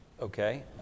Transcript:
Okay